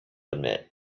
admit